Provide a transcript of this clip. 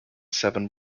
seven